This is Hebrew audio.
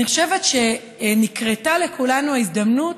אני חושבת שנקרתה לכולנו ההזדמנות